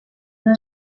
una